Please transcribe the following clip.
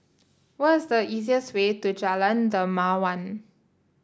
what is the easiest way to Jalan Dermawan